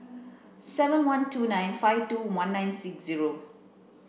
seven one two nine five two one nine six zero